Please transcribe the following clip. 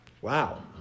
Wow